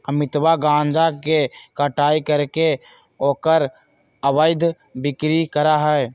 अमितवा गांजा के कटाई करके ओकर अवैध बिक्री करा हई